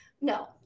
No